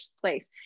place